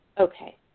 Okay